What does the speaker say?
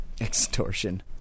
Extortion